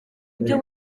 ibyo